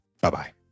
Bye-bye